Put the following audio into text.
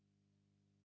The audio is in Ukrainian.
Дякую